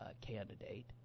candidate